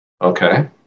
Okay